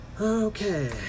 okay